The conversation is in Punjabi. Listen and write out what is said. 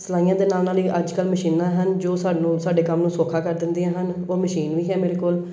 ਸਿਲਾਈਆਂ ਦੇ ਨਾਲ ਨਾਲ ਹੀ ਅੱਜ ਕੱਲ੍ਹ ਮਸ਼ੀਨਾਂ ਹਨ ਜੋ ਸਾਨੂੰ ਸਾਡੇ ਕੰਮ ਨੂੰ ਸੌਖਾ ਕਰ ਦਿੰਦੀਆਂ ਹਨ ਉਹ ਮਸ਼ੀਨ ਵੀ ਹੈ ਮੇਰੇ ਕੋਲ